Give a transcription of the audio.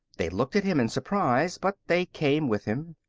they looked at him in surprise, but they came with him.